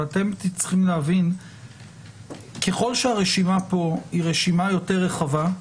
אבל אתם צריכים להבין שככל שהרשימה פה היא רשימה יותר רחבה,